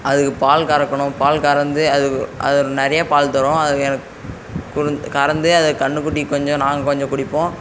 அதுக்கு பால் கறக்கணும் பால் கறந்து அது அது நிறைய பால் தரும் அது எனக் குறுந் கறந்து அதை கன்றுக்குட்டிக்கு கொஞ்சம் நாங்கள் கொஞ்சம் குடிப்போம்